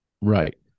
right